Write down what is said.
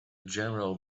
general